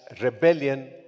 Rebellion